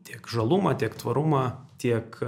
tiek žalumą tiek tvarumą tiek